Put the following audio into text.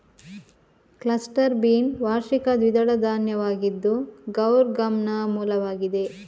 cluster bean ವಾರ್ಷಿಕ ದ್ವಿದಳ ಧಾನ್ಯವಾಗಿದ್ದು ಗೌರ್ ಗಮ್ನ ಮೂಲವಾಗಿದೆ